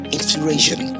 Inspiration